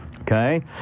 okay